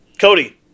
Cody